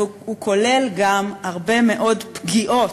אבל הוא כולל גם הרבה מאוד פגיעות,